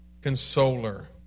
consoler